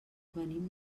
venim